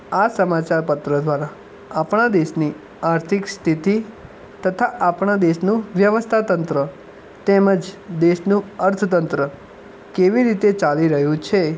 આ સમાચાર પત્ર દ્વારા આપણા દેશની આર્થિક સ્થિતિ તથા આપણા દેશનું વ્યવસ્થા તંત્ર તેમજ દેશનું અર્થતંત્ર કેવી રીતે ચાલી રહ્યું છે